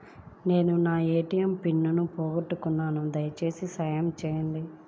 నేను నా ATM pin మర్చిపోయాను దయచేసి సహాయం చేయండి